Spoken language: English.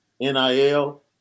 nil